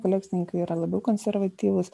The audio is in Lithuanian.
kolekcininkai yra labiau konservatyvūs